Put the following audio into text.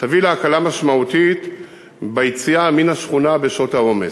תביא להקלה משמעותית ביציאה מן השכונה בשעות העומס.